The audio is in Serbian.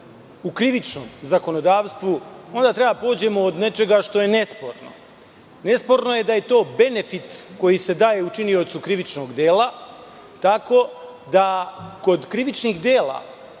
u krivičnom zakonodavstvu, onda treba da pođemo od nečega što je nesporno. Nesporno je da je to benefit koji se daje učiniocu krivičnog dela, tako da kod krivičnih dela